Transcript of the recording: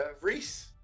Reese